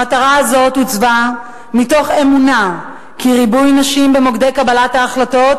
המטרה הזאת הוצבה מתוך אמונה כי ריבוי נשים במוקדי קבלת ההחלטות